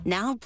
Now